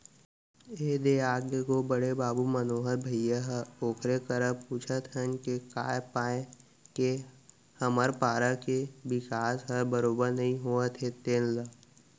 ए दे आगे गो बड़े बाबू मनोहर भइया ह ओकरे करा पूछत हन के काय पाय के हमर पारा के बिकास हर बरोबर नइ होत हे तेन ल